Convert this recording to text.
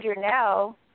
now